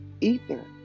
ether